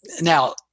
now